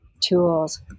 tools